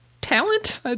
talent